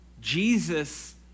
Jesus